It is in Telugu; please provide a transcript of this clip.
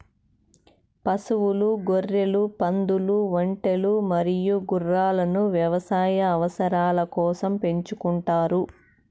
పశువులు, గొర్రెలు, పందులు, ఒంటెలు మరియు గుర్రాలను వ్యవసాయ అవసరాల కోసం పెంచుకుంటారు